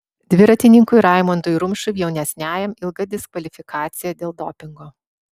dviratininkui raimondui rumšui jaunesniajam ilga diskvalifikacija dėl dopingo